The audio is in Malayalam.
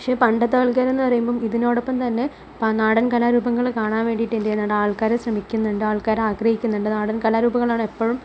പക്ഷെ പണ്ടത്തെ ആള്ക്കാരെന്നു പറയുമ്പോൾ ഇതിനോടൊപ്പം തന്നെ നാടന് കലാരൂപങ്ങൾ കാണാന് വേണ്ടിയിട്ട് എന്ത് ചെയ്യുന്നുണ്ട് ആള്ക്കാർ ശ്രമിക്കുന്നുണ്ട് ആള്ക്കാർ ആഗ്രഹിക്കുന്നുണ്ട് നാടന് കലാരൂപങ്ങളാണ് എപ്പോഴും